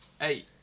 eight